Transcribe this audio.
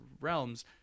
realms